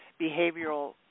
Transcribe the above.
behavioral